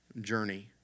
journey